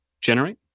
generate